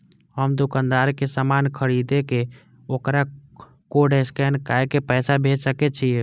हम दुकानदार के समान खरीद के वकरा कोड स्कैन काय के पैसा भेज सके छिए?